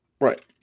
right